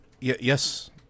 Yes